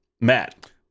matt